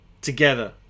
together